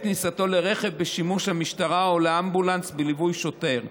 כניסתו לרכב בשימוש המשטרה או לאמבולנס בליווי שוטר.